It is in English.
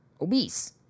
obese